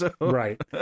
Right